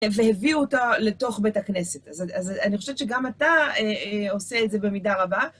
והביאו אותה לתוך בית הכנסת, אז אני חושבת שגם אתה עושה את זה במידה רבה.